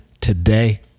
today